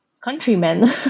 countrymen